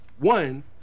One